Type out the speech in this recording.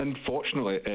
Unfortunately